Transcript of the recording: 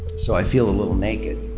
so i feel a little naked.